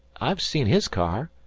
i've seen his car.